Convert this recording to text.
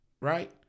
right